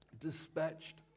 dispatched